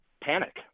panic